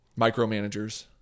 Micromanagers